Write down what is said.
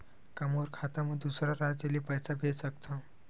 का मोर खाता म दूसरा राज्य ले पईसा भेज सकथव?